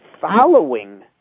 following